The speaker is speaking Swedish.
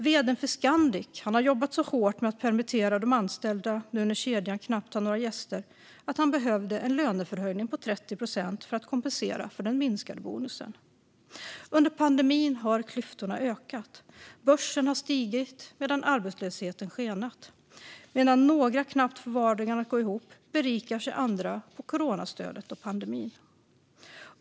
Vd:n för Scandic har jobbat så hårt med att permittera de anställda nu när kedjan knappt haft några gäster att han behövde en löneförhöjning på 30 procent för att kompensera för den minskade bonusen. Under pandemin har klyftorna ökat. Börsen har stigit medan arbetslösheten har skenat. Medan några knappt får vardagen att gå ihop berikar sig andra på coronastöden och pandemin.